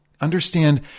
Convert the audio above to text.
understand